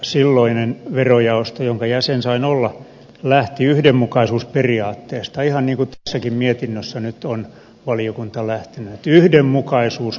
silloinen verojaosto jonka jäsen sain olla lähti yhdenmukaisuusperiaatteesta ihan niin kuin tässäkin mietinnössä nyt on valiokunta lähtenyt